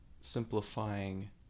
simplifying